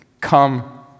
come